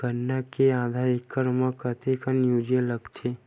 गन्ना के आधा एकड़ म कतेकन यूरिया लगथे?